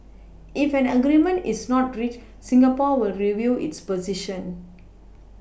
if an agreement is not reached Singapore will review its position